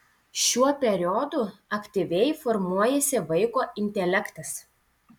šiuo periodu aktyviai formuojasi vaiko intelektas